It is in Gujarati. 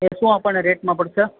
એ શું આપણને રેટમાં પડશે